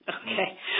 Okay